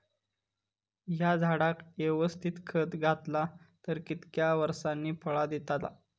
हया झाडाक यवस्तित खत घातला तर कितक्या वरसांनी फळा दीताला?